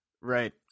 Right